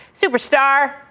superstar